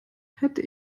hätte